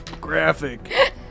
Graphic